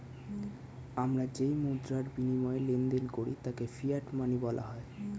আমরা যেই মুদ্রার বিনিময়ে লেনদেন করি তাকে ফিয়াট মানি বলা হয়